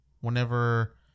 Whenever